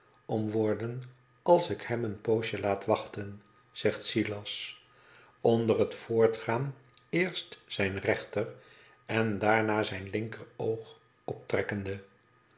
om worden als ik hem een poosje laat wachten zegt silas onder het voortgaan eerst zijn rechter en daarna zijn linkeroog optrekkende